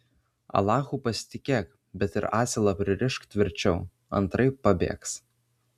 alachu pasitikėk bet ir asilą pririšk tvirčiau antraip pabėgs